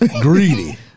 Greedy